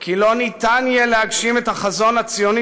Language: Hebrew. כי לא יהיה אפשר להגשים את החזון הציוני